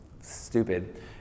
stupid